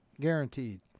Guaranteed